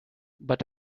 but